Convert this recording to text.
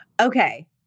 Okay